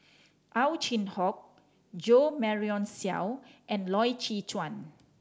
Ow Chin Hock Jo Marion Seow and Loy Chye Chuan